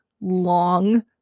long